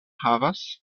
havas